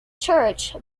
church